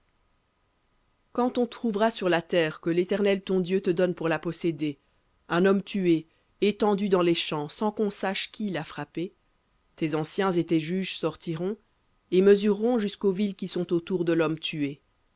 quand on trouvera sur la terre que l'éternel ton dieu te donne pour la posséder un homme tué étendu dans les champs sans qu'on sache qui l'a frappé tes anciens et tes juges sortiront et mesureront jusqu'aux villes qui sont autour de l'homme tué